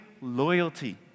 loyalty